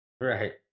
Right